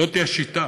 זאת השיטה.